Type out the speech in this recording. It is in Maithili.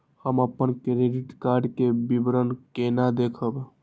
हम अपन क्रेडिट कार्ड के विवरण केना देखब?